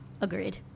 Agreed